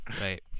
Right